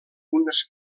unes